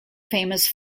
famous